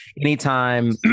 anytime